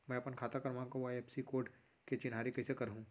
मैं अपन खाता क्रमाँक अऊ आई.एफ.एस.सी कोड के चिन्हारी कइसे करहूँ?